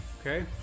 okay